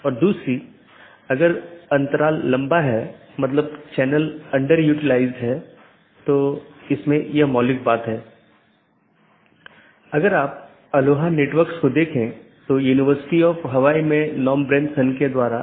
और अगर आप फिर से याद करें कि हमने ऑटॉनमस सिस्टम फिर से अलग अलग क्षेत्र में विभाजित है तो उन क्षेत्रों में से एक क्षेत्र या क्षेत्र 0 बैकबोन क्षेत्र है